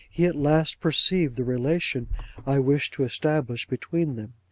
he at last perceived the relation i wished to establish between them.